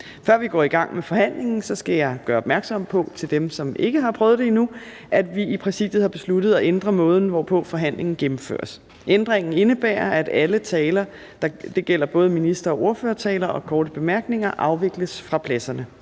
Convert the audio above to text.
Før vi går i gang med forhandlingen, skal jeg gøre opmærksom på over for dem, som ikke har prøvet det endnu, at vi i Præsidiet har besluttet at ændre måden, hvorpå forhandlingen gennemføres. Ændringen indebærer, at alle taler, og det gælder både ministertaler og ordførertaler og korte bemærkninger, afvikles fra pladserne.